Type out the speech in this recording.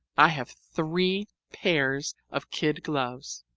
i have three pairs of kid gloves.